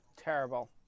terrible